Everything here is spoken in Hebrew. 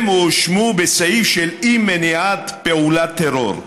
הם הואשמו בסעיף של אי-מניעת פעולת טרור.